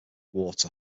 water